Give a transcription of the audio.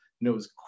knows